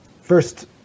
first